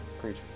Preach